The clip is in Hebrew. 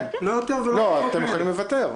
לא, אתם יכולים לוותר.